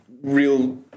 real